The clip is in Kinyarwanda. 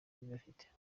bafite